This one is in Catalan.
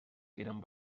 eren